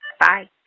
Bye